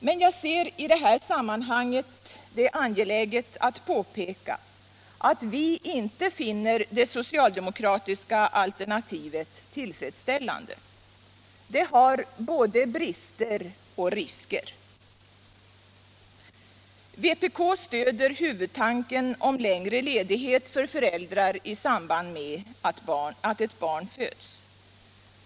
Men jag ser det i det här sammanhanget som angeläget att påpeka att vi inte finner det socialdemokratiska alternativet tillfredsställande. Det har brister och det medför risker. Vpk stöder huvudtanken om längre ledighet för föräldrar i samband med att ett barn föds.